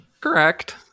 correct